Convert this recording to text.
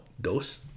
dos